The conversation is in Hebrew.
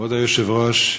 כבוד היושב-ראש,